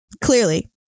Clearly